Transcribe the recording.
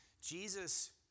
Jesus